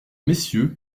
messieurs